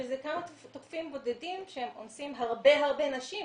שזה כמה תוקפים בודדים שאונסים הרבה נשים,